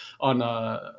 on